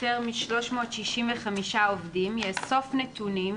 אנחנו נגיע לזה.